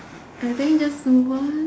I think just move on